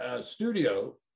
Studio